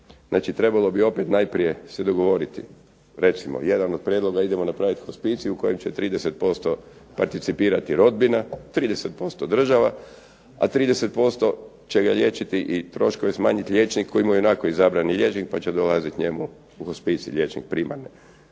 trebalo bi opet najprije se dogovoriti, recimo jedan od prijedloga idemo napraviti hospicij u kojem će 30% participirati rodbina, 30% država, a 30% će ga liječiti i troškovi smanjiti …/Ne razumije se./… ionako izabrani liječnik pa će dolaziti njemu u hospicij liječnik primarne.